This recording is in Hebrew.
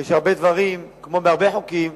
יש הרבה דברים, כמו בהרבה חוקים,